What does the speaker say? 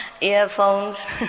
earphones